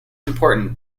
important